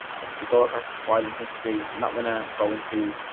and if you go across the filing history, i'm not going to go into,